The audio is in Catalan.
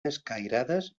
escairades